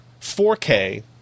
4K